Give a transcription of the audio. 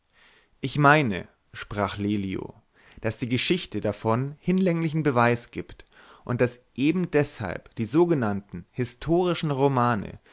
ich meine sprach lelio daß die geschichte davon hinlänglichen beweis gibt und daß eben deshalb die sogenannten historischen romane